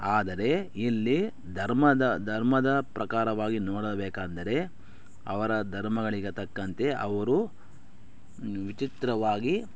ಆದರೆ ಇಲ್ಲಿ ಧರ್ಮದ ಧರ್ಮದ ಪ್ರಕಾರವಾಗಿ ನೋಡಬೇಕೆಂದರೆ ಅವರ ಧರ್ಮಗಳಿಗೆ ತಕ್ಕಂತೆ ಅವರು ವಿಚಿತ್ರವಾಗಿ